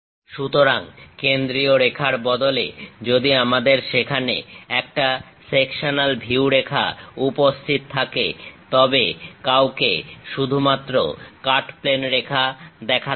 সুতরাং কেন্দ্রীয় রেখার বদলে যদি আমাদের সেখানে একটা সেকশনাল ভিউ রেখা উপস্থিত থাকে তবে কাউকে শুধুমাত্র কাট প্লেন রেখা দেখাতে হবে